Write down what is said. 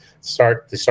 start